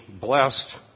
blessed